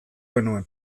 genuen